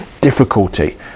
difficulty